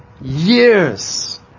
years